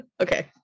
okay